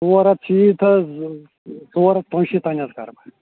ژور ہَتھ شیٖتھ حظ ژور ہَتھ پنٛشیٖتھ تام حظ کرٕ بہٕ